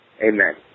Amen